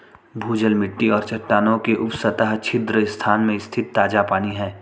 भूजल मिट्टी और चट्टानों के उपसतह छिद्र स्थान में स्थित ताजा पानी है